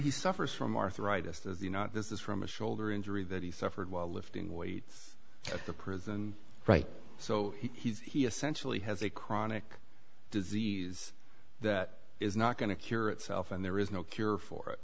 he suffers from arthritis as you not this is from a shoulder injury that he suffered while lifting weights at the prison right so he essentially has a chronic disease that is not going to cure itself and there is no cure for it